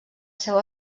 seu